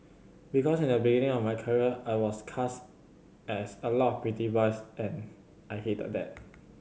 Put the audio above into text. because in the beginning of my career I was cast as a lot pretty boys and I hated that